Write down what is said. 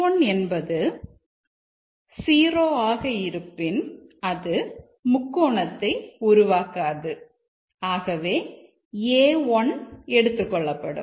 C1 என்பது 0 ஆக இருப்பின் இது முக்கோணத்தை உருவாக்காது ஆகவே a1 எடுத்துக்கொள்ளப்படும்